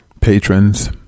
patrons